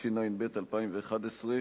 התשע"ב 2011,